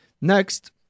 Next